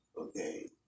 okay